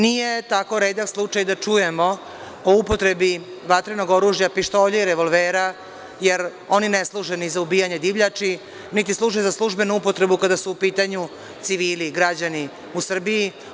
Nije tako redak slučaj da čujemo o upotrebi vatrenog oružja, pištolja i revolvera, jer oni ne služe ni za ubijanje divljači, niti služe za službenu upotrebu kada su u pitanju civili, građani u Srbiji.